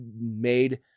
made